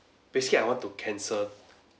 basically I want to cancel